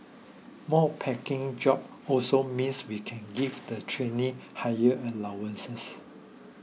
more packing jobs also means we can give the trainees higher allowances